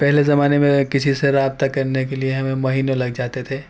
پہلے زمانے میں کسی سے رابطہ کرنے کے لیے ہمیں مہینوں لگ جاتے تھے